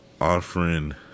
offering